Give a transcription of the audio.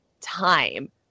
time